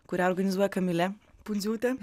kurią organizuoja kamilė pundziūtė